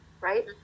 right